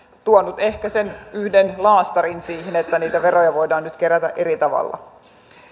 tuonut ehkä sen yhden laastarin siihen että veroja voidaan nyt kerätä eri tavalla